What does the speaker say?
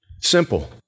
Simple